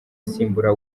asimbura